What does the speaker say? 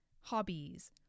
hobbies